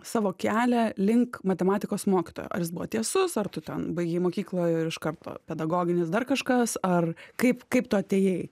savo kelią link matematikos mokytojo ar jis buvo tiesus ar tu ten baigei mokyklą ir iš karto pedagoginis dar kažkas ar kaip kaip tu atėjai